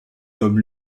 comme